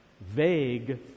vague